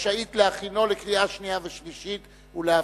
אני קובע